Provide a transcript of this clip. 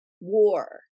War